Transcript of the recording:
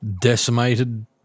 decimated